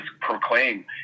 proclaim